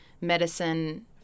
medicine –